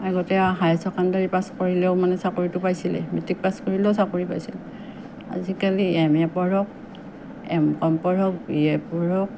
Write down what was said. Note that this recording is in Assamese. আগতে হাই ছেকেণ্ডেৰী পাছ কৰিলেও মানে চাকৰিটো পাইছিলে মেট্ৰিক পাছ কৰিলেও চাকৰিটো পাইছিলে আজিকালি এম এ পঢ়ক এম কম পঢ়ক বি এ পঢ়ক